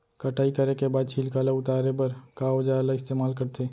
कटाई करे के बाद छिलका ल उतारे बर का औजार ल इस्तेमाल करथे?